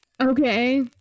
okay